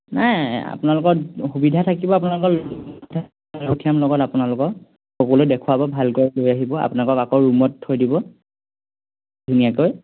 নাই আপোনালোকৰ সুবিধা থাকিব আপোনালোকৰ লগত পঠিয়াম লগত আপোনালোকক সকলো দেখুৱাব ভালকৈ লৈ আহিব আপোনালোকক আকৌ ৰুমত থৈ দিব ধুনীয়াকৈ